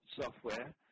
software